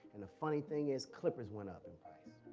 and the funny thing is clippers went up in price.